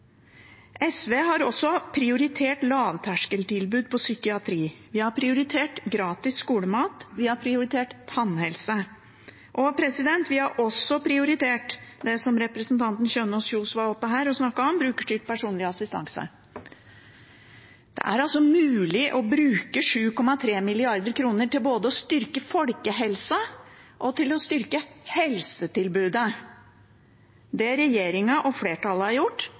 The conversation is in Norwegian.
SV har også prioritert lavterskeltilbud innenfor psykiatri. Vi har prioritert gratis skolemat, vi har prioritert tannhelse. Vi har også prioritert det som representanten Kjønaas Kjos var oppe på talerstolen her og snakket om, brukerstyrt personlig assistanse. Det er altså mulig å bruke 7,3 mrd. kr til både å styrke folkehelsen og å styrke helsetilbudet. Det regjeringen og flertallet har gjort,